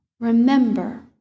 Remember